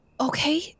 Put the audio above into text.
okay